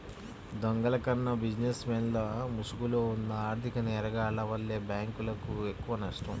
దొంగల కన్నా బిజినెస్ మెన్ల ముసుగులో ఉన్న ఆర్ధిక నేరగాల్ల వల్లే బ్యేంకులకు ఎక్కువనష్టం